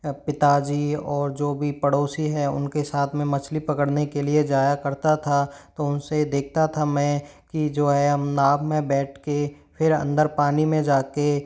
पिता जी और जो भी पड़ोसी है उनके साथ में मछली पकड़ने के लिए जाया करता था तो उनसे देखता था मैं कि जो है हम नाव में बैठ के फिर अन्दर पानी में जा के